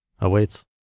awaits